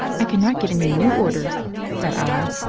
i cannot get any new orders, said i,